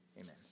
amen